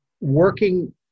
Working